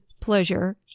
pleasure